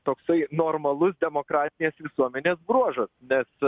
toksai normalus demokratinės visuomenės bruožas mes